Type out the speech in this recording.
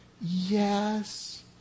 Yes